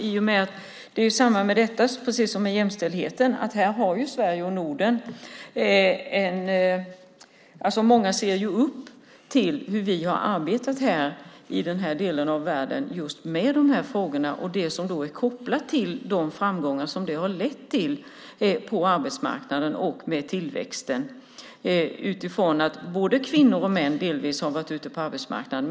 Precis som i fråga om jämställdheten ser många upp till Sverige och Norden och hur vi i den här delen av världen har arbetat med just dessa frågor, kopplat till de framgångar som det har lett till på arbetsmarknaden och i fråga om tillväxten genom att både kvinnor och män delvis varit ute på arbetsmarknaden.